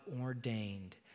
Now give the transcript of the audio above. ordained